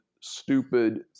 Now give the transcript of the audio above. stupid